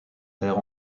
père